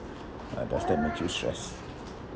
uh does that makes you stress